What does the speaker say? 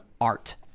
art